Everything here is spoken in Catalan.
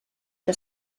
que